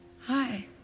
Hi